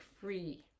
free